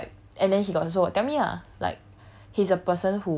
he give me this vibe and then he got also got tell me lah like